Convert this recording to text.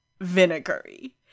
vinegary